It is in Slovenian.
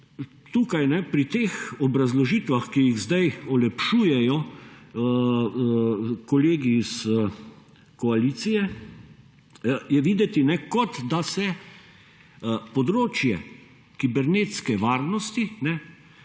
Tukaj pri teh obrazložitvah, ki jih sedaj olepšujejo kolegi iz koalicije je videti kot, da se področje kibernetske varnosti